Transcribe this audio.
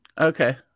Okay